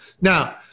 Now